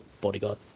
bodyguard